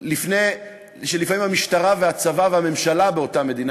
לפעמים לפני שהמשטרה והצבא והממשלה באותה מדינה